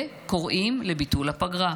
וקוראים לביטול הפגרה.